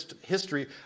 history